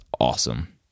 awesome